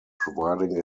providing